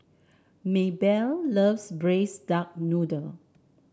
Maybelle loves Braised Duck Noodle